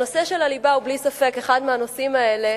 הנושא של הליבה הוא בלי ספק אחד מהנושאים האלה